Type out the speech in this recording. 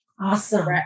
Awesome